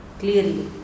clearly